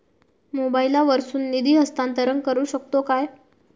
मोबाईला वर्सून निधी हस्तांतरण करू शकतो काय?